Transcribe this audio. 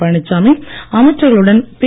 பழனிச்சாமி அமைச்சர்களுடன் பி